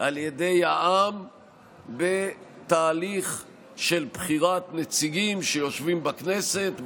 על ידי העם בתהליך של בחירת נציגים שיושבים בכנסת,